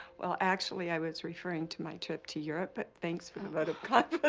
well actually i was referring to my trip to europe, but thanks for the vote of ah